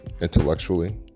intellectually